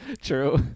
True